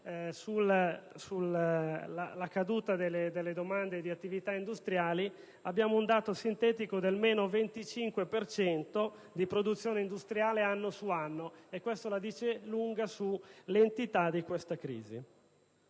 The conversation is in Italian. alla caduta delle domande di attività industriali, c'è un dato sintetico del meno 25 per cento di produzione industriale anno su anno, e ciò la dice lunga sull'entità di questa crisi.